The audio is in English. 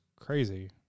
crazy